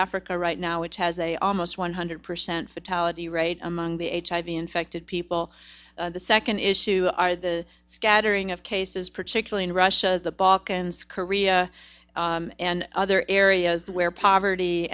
africa right now which has a almost one hundred percent fatality rate among the hiv infected people the second issue are the scattering of cases particularly in russia the balkans korea and other areas where poverty